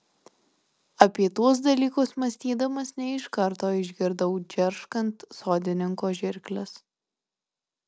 apie tuos dalykus mąstydamas ne iš karto išgirdau džerškant sodininko žirkles